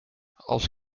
als